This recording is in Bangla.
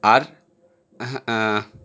আর হ্যাঁ